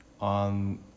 on